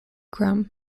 crumb